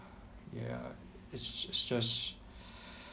ya it's it's just